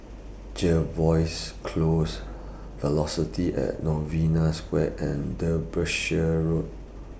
Jervois Close Velocity At Novena Square and Derbyshire Road